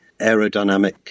aerodynamic